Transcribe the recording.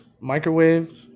microwave